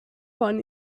von